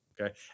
okay